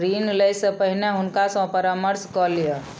ऋण लै से पहिने हुनका सॅ परामर्श कय लिअ